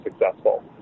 successful